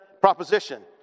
proposition